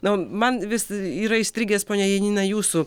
na man vis yra įstrigęs ponia janina jūsų